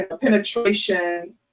penetration